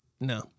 no